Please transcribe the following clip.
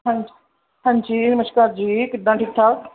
ਹਾਂਜੀ ਹਾਂਜੀ ਨਮਸਕਾਰ ਜੀ ਕਿੱਦਾਂ ਠੀਕ ਠਾਕ